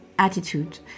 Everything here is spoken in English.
attitude